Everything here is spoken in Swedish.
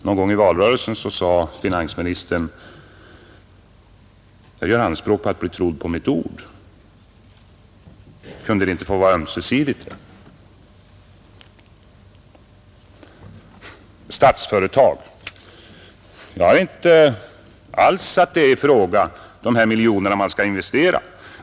Någon gång i valrörelsen sade finansministern: ”Jag gör anspråk på att bli trodd på mitt ord.” Kunde det inte få vara ömsesidigt? Statsföretag! Jag har inte alls satt i fråga de här miljonerna man skulle investera.